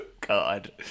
god